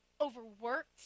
overworked